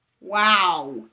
Wow